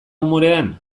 umorean